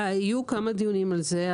היו כמה דיונים על זה.